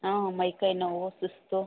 ಹಾಂ ಮೈ ಕೈ ನೋವು ಸುಸ್ತು